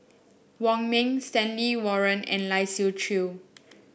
Wong Ming Stanley Warren and Lai Siu Chiu